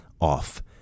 off